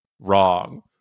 wrong